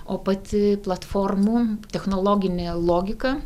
o pati platformų technologinė logika